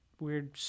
weird